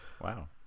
Wow